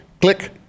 click